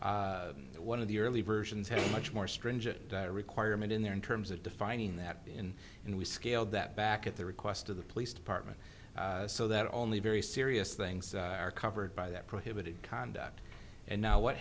but one of the early versions had a much more stringent requirement in there in terms of defining that bin and we scaled that back at the request of the police department so that only a very serious things are covered by that prohibited conduct and now what